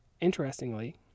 Interestingly